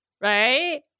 right